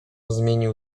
zmienił